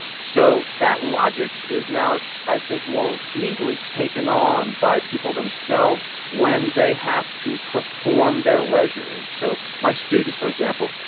so that logic is now i think more easily taken on by people themselves when they have to perform their leisure. and so my students, for example,